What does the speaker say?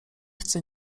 chcę